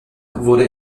wurde